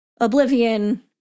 oblivion